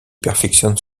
perfectionne